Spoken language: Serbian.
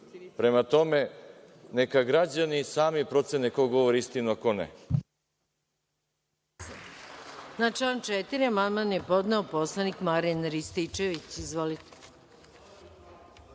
Prema tome, neka građani sami procene ko govori istinu, a ko ne.